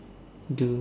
do